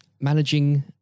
managing